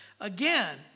Again